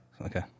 Okay